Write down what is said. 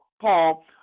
Paul